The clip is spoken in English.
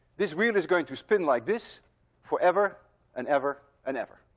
this wheel is going to spin like this forever and ever and ever.